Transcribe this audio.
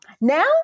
Now